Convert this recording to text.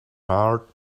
heart